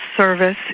service